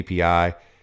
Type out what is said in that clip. API